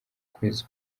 kwezi